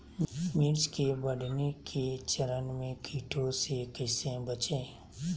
मिर्च के बढ़ने के चरण में कीटों से कैसे बचये?